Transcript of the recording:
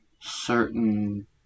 certain